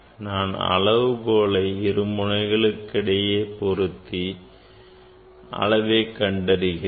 நான் அளவுகோலை இரு முனைகளுக்கு இடையே பொருத்தி அளவை கண்டறிகிறேன்